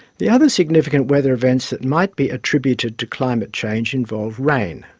the other significant weather events that might be attributed to climate change involve rain.